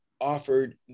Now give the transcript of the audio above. offered